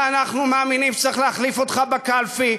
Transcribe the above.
ואנחנו מאמינים שצריך להחליף אותך בקלפי,